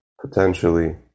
potentially